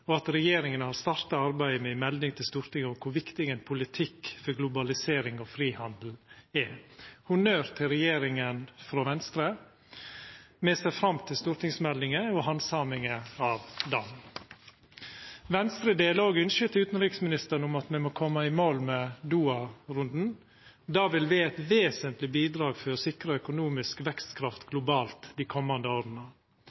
og at regjeringa har starta arbeidet med ei melding til Stortinget om kor viktig ein politikk for globalisering og frihandel er. Honnør til regjeringa frå Venstre! Me ser fram til stortingsmeldinga og handsaminga av ho. Venstre deler òg ynsket til utanriksministeren om at me må koma i mål med Doha-runden. Det vil vera eit vesentleg bidrag for å sikra økonomisk vekstkraft